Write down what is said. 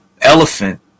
Elephant